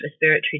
respiratory